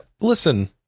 listen